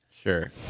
Sure